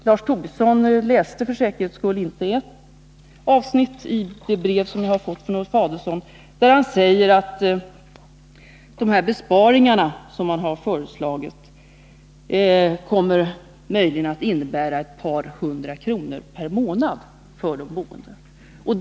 Lars Tobisson läste för säkerhets skull inte ett avsnitt i det brev jag har fått, där Ulf Adelsohn säger att de besparingar som man har föreslagit möjligen kommer att innebära ett par hundra kronor per månad för de boende.